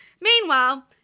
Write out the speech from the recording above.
meanwhile